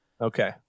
Okay